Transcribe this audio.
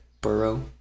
Burrow